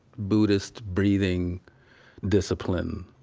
buddhist breathing discipline,